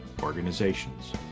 organizations